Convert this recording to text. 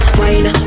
wine